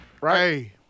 Right